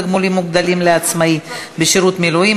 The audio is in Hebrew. תגמולים מוגדלים לעצמאי בשירות מילואים),